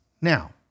Now